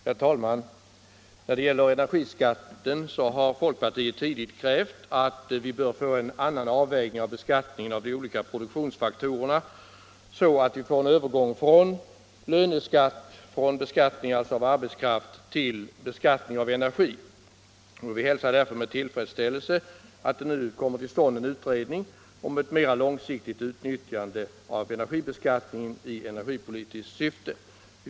Herr talman! När det gäller energiskatten har folkpartiet tidigt krävt en annan avvägning av beskattningen av de olika produktionsfaktorerna, så att vi får en övergång från löneskatt — alltså beskattning av arbetskraft = till beskattning av energi. Vi hälsar därför med tillfredsställelse att det nu kommer till stånd en utredning om ett mer långsiktigt utnyttjande av energibeskattningen i energipolitiskt syfte.